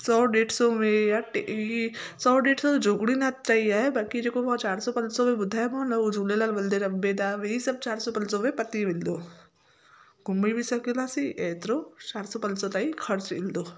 सौ ॾेढ सौ में या टे हीअ सौ ॾेढ सौ जोगणीनाथ सही आहे बल्कि जेको मां चारि पंज सौ में ॿुधायोमाव न उहो झूलेलाल मंदिर अंबे धाम हीअ सभु चारि सौ पंज सौ में पती वेंदो आहे घुमी बि सघंदासीं एतिरो चारि सौ पंज सौ तईं ख़र्चु ईंदो